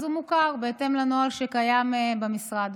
אז הוא מוכר בהתאם לנוהל שקיים במשרד.